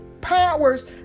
powers